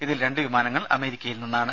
ഇതിൽ രണ്ട് വിമാനങ്ങൾ അമേരിക്കയിൽ നിന്നാണ്